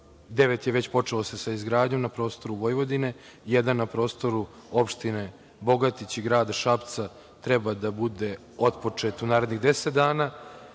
je već počelo sa izgradnjom na prostoru Vojvodine, jedan na prostoru opštine Bogatić i grada Šapca treba da bude otpočet u narednih 10 dana.